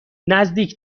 نزدیک